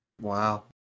Wow